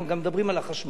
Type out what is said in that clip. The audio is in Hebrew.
אנחנו גם מדברים על החשמל.